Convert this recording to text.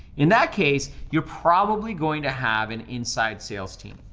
in that case, you're probably going to have an inside sales team.